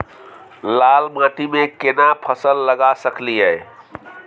लाल माटी में केना फसल लगा सकलिए?